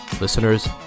Listeners